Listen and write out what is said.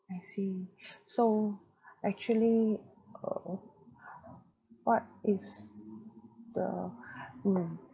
I see so actually uh what is the mm